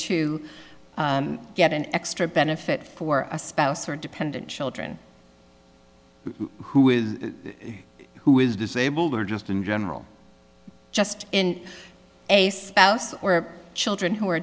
to get an extra benefit for a spouse or dependent children who is who is disabled or just in general just in a spouse or children who are